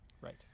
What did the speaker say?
right